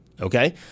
Okay